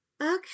Okay